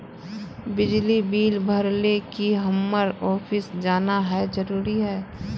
बिजली बिल भरे ले की हम्मर ऑफिस जाना है जरूरी है?